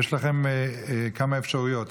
יש לכם כמה אפשרויות: